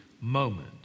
moment